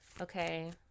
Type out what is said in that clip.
okay